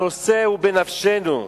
הנושא הוא בנפשנו,